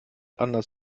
anders